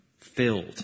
filled